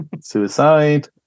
Suicide